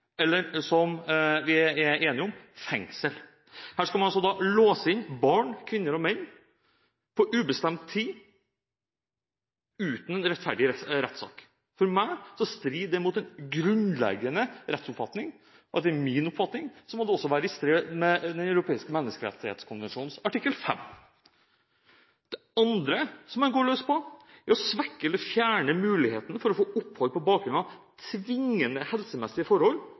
eller fengsler. Her skal man altså låse inn barn, kvinner og menn på ubestemt tid, uten en rettferdig rettssak. For meg strider det mot en grunnleggende rettsoppfatning, og etter min oppfatning må det også være i strid med Den europeiske menneskerettskonvensjonens artikkel 5. Det andre som man går løs på, er å svekke eller fjerne muligheten for å få opphold på bakgrunn av tvingende helsemessige forhold,